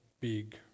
big